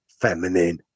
Feminine